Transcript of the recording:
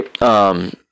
right